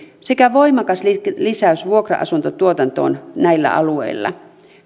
sekä voimakas lisäys vuokra asuntotuotantoon näillä alueilla